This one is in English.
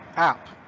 App